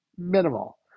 minimal